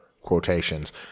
quotations